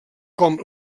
com